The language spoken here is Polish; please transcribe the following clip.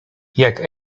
jak